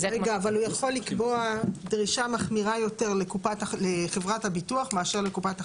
אבל הוא יכול לקבוע דרישה מחמירה יותר לחברת הביטוח מאשר לקופת החולים?